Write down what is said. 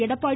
Edappadi